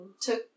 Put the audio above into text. took